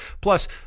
Plus